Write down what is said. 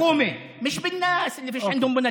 או שלא מתחשק לך להבין את